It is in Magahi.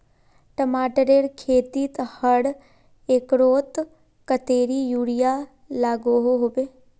टमाटरेर खेतीत हर एकड़ोत कतेरी यूरिया लागोहो होबे?